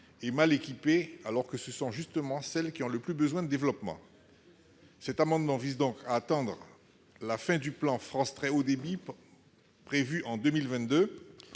et mal équipées, alors que ce sont justement celles qui ont le plus besoin de développement. Cet amendement vise donc à attendre la fin, prévue en 2022, du plan France très haut débit, dont